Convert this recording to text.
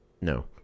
No